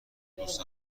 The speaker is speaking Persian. دوست